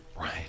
Right